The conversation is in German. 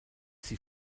sie